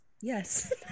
Yes